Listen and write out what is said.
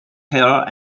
held